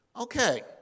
Okay